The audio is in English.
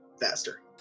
faster